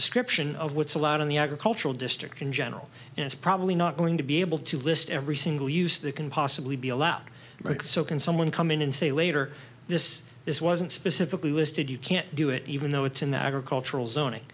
description of what's allowed in the agricultural district in general and it's probably not going to be able to list every single use that can possibly be allowed right so can someone come in and say later this this wasn't specifically listed you can't do it even though it's in the agricultural zoning